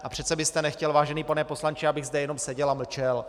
A přece byste nechtěl, vážený pane poslanče, abych zde jenom seděl a mlčel.